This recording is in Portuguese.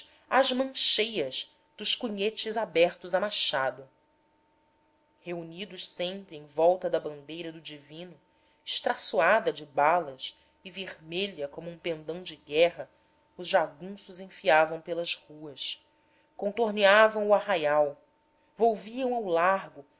às mancheias dos cunhetes abertos a machado reunidos sempre em volta da bandeira do divino estraçoada de balas e vermelha como um pendão de guerra os jagunços enfiavam pelas ruas contorneavam o arraial volviam ao largo